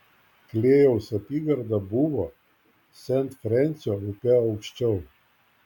klėjaus apygarda buvo sent frensio upe aukščiau